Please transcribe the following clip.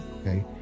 Okay